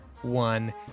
one